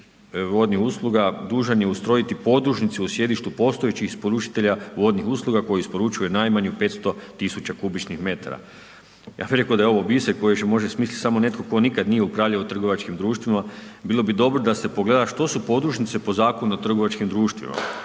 vodnih usluga dužan je ustrojiti podružnicu u sjedištu postojećih isporučitelja vodnih usluga koji isporučuje najmanje 500 tisuća kubičnih metara. Ja bih rekao da je ovo biser koji može smisliti samo netko to nikad nije upravljao trgovačkim društvima. Bilo bi dobro da se pogleda što su podružnice po Zakonu o trgovačkim društvima.